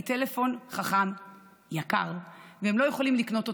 טלפון חכם יקר והם לא יכולים לקנות אותו.